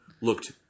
looked